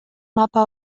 mapa